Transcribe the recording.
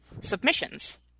submissions